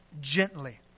gently